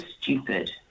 stupid